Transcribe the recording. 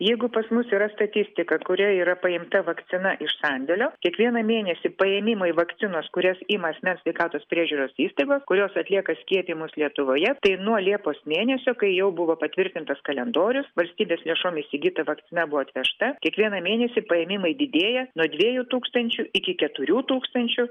jeigu pas mus yra statistika kuria yra paimta vakcina iš sandėlio kiekvieną mėnesį paėmimai vakcinos kurias ima asmens sveikatos priežiūros įstaigos kurios atlieka skiepijimus lietuvoje tai nuo liepos mėnesio kai jau buvo patvirtintas kalendorius valstybės lėšom įsigyta vakcina buvo atvežta kiekvieną mėnesį paėmimai didėja nuo dviejų tūkstančių iki keturių tūkstančių